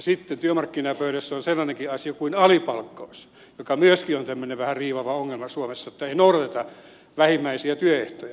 sitten työmarkkinapöydässä on sellainenkin asia kuin alipalkkaus joka myöskin on tämmöinen vähän riivaava ongelma suomessa että ei noudateta vähimmäisiä työehtoja